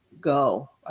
go